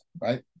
right